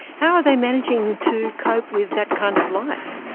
how are they managing to cope with that kind of life?